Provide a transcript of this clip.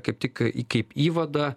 kaip tik kaip įvadą